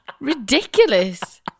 ridiculous